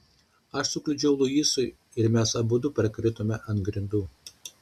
aš sukliudžiau luisui ir mes abu parkritome ant grindų